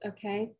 Okay